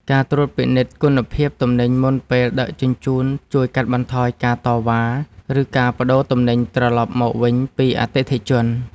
ការត្រួតពិនិត្យគុណភាពទំនិញមុនពេលដឹកជញ្ជូនជួយកាត់បន្ថយការតវ៉ា ឬការប្តូរទំនិញត្រឡប់មកវិញពីអតិថិជន។